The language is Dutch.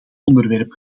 onderwerp